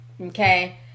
Okay